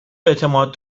اعتماد